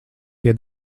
tie